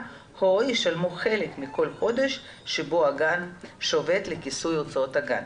או ישלמו חלק מכל חודש שבו הגן שובת לכיסוי הוצאות הגן.